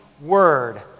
Word